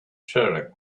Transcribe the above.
sharing